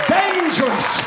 dangerous